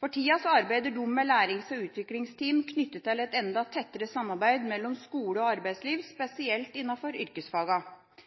For tida arbeider de med lærings- og utviklingsteam knyttet til et enda tettere samarbeid mellom skole og arbeidsliv, spesielt